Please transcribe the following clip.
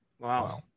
Wow